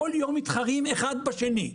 כל יום מתחרים אחד בשני,